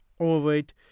overweight